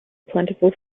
plentiful